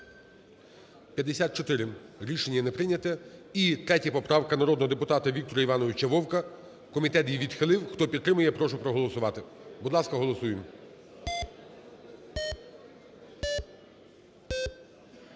За-54 Рішення не прийнято. І 3 поправка народного депутата Віктора Івановича Вовка. Комітет її відхилив. Хто підтримує, прошу проголосувати. Будь ласка, голосуємо.